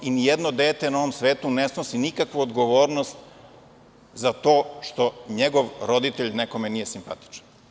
Nijedno dete na ovom svetu ne snosi nikakvu odgovornost za to što njegov roditelj nekome nije simpatičan.